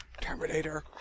Terminator